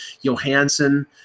Johansson